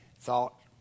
thought